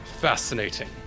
fascinating